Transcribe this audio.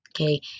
Okay